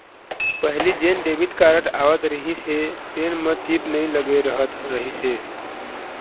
पहिली जेन debit card आवत रहिस हे तेन म चिप नइ लगे रहत रहिस हे